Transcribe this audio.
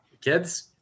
Kids